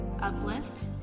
Uplift